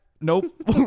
Nope